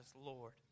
Lord